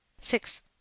Six